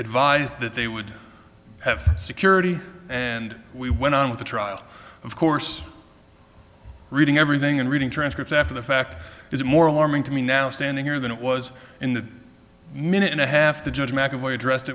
advised that they would have security and we went on with the trial of course reading everything and reading transcripts after the fact is more alarming to me now standing here than it was in the minute and a half the judge mcevoy addressed